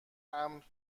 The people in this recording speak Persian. امر